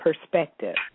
perspective